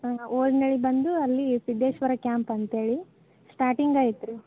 ಹಾಂ ಓಜನಳ್ಳಿ ಬಂದು ಅಲ್ಲಿ ಸಿದ್ಧೇಶ್ವರ ಕ್ಯಾಂಪ್ ಅಂತೇಳಿ ಸ್ಟಾರ್ಟಿಂಗ್ ಐತ್ರೀ